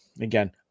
Again